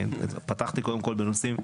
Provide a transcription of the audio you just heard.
פתחתי קודם כל בנושאים,